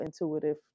intuitive